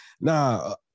nah